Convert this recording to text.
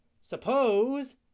Suppose